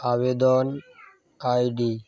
আবেদন আইডি